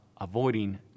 avoiding